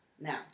now